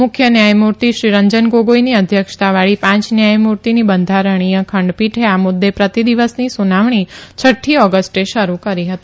મુખ્ય ન્યાયમૂર્તિ શ્રી રંજન ગોગાઈની અધ્યક્ષતાવાળી પાંચ ન્યાયમૂર્તિની બંધારણીય ખંડપીઠે આ મુદ્દે પ્રતિ દિવસની સુનાવણી છઠ્ઠી ઓગસ્ટે શરૂ કરી હતી